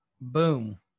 boom